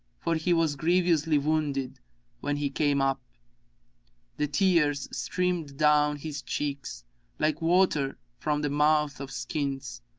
for he was grievously wounded when he came up the tears streamed down his cheeks like water from the mouths of skins,